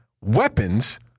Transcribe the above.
weapons